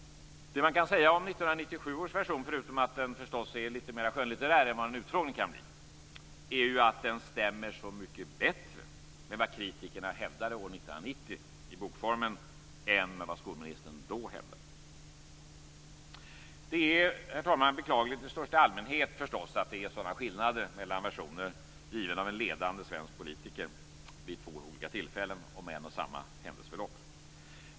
Det man kan säga om 1997 års version, förutom att den förstås är litet mer skönlitterär än vad en utfrågning kan bli, är att den stämmer så mycket bättre med vad kritikerna hävdade år 1990 i bokform än med vad skolministern då hävdade. Det är beklagligt i största allmänhet att det är sådana skillnader mellan versioner givna av en ledande svensk politiker vid två olika tillfällen om ett och samma händelseförlopp.